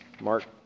Mark